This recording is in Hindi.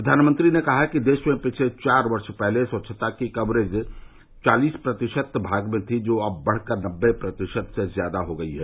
प्रधानमंत्री ने कहा कि देश में पिछले चार वर्ष पहले स्वच्छता की कवरेज चालीस प्रतिशत भाग में थी जो अब बढ़कर नब्बे प्रतिशत से ज्यादा हो गयी है